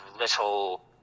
little